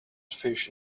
fish